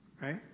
Right